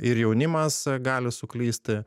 ir jaunimas gali suklysti